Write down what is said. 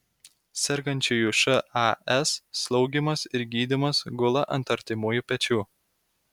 sergančiųjų šas slaugymas ir gydymas gula ant artimųjų pečių